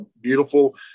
beautiful